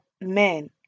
men